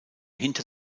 hinter